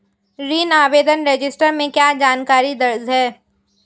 ऋण आवेदन रजिस्टर में क्या जानकारी दर्ज है?